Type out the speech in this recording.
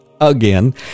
again